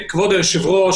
כבוד היושב-ראש,